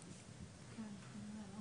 תגידו לי אתם.